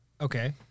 Okay